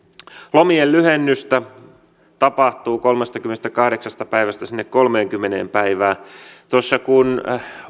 lomien lyhennystä tapahtuu kolmestakymmenestäkahdeksasta päivästä sinne kolmeenkymmeneen päivään tuossa kun